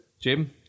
Jim